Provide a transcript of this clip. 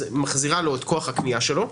מחזירה לו את כוח הקנייה שלו,